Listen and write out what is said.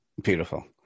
Beautiful